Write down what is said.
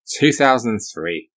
2003